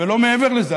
ולא מעבר לזה,